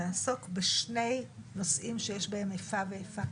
שנעסוק בשני נושאים שיש בהם איפה ואיפה.